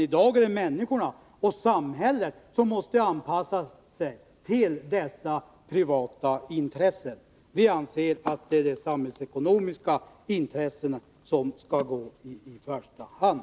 I dag är det människorna och samhället som måste anpassa sig till dessa privata intressen. De anser att det är de samhällsekonomiska intressena som skall tillgodoses i första hand.